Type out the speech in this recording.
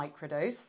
microdose